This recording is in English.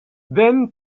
then